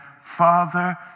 Father